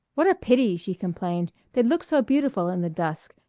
what a pity! she complained they'd look so beautiful in the dusk,